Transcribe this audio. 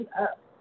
up